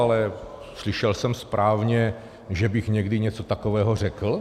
Ale slyšel jsem správně, že bych někdy něco takového řekl?